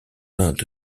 inde